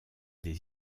des